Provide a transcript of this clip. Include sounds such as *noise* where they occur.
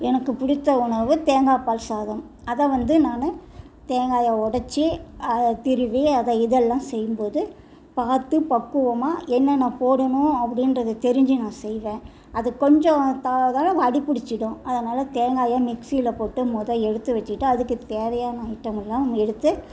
எனக்கு பிடித்த உணவு தேங்காய் பால் சாதம் அதை வந்து நான் தேங்காயை உடச்சி அதை திருவி அதை இதெல்லாம் செய்யும் போது பார்த்து பக்குவமாக என்னென்ன போடணும் அப்படின்றது தெரிஞ்சு நான் செய்வேன் அது கொஞ்சம் தா *unintelligible* அடிபிடிச்சிடும் அதனால் தேங்காயை மிக்சியில போட்டு முத எடுத்து வச்சிவிட்டு அதுக்கு தேவையான ஐட்டங்கள் எல்லாம் எடுத்து